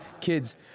Kids